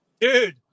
dude